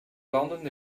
landen